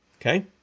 Okay